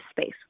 space